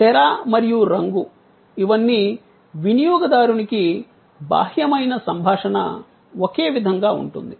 తెర మరియు రంగు ఇవన్నీ వినియోగదారునికి బాహ్యమైన సంభాషణ ఒకే విధంగా ఉంటుంది